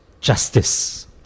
justice